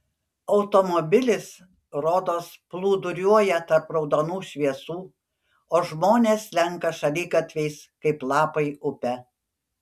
automobilis rodos plūduriuoja tarp raudonų šviesų o žmonės slenka šaligatviais kaip lapai upe